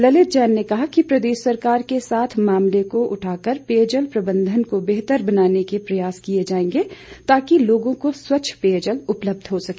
ललित जैन ने कहा कि प्रदेश सरकार के साथ मामले को उठाकर पेयजल प्रबंधन को बेहतर बनाने के प्रयास किए जाएंगे ताकि लोगों को स्वच्छ पेयजल उपलब्ध हो सके